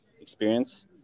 experience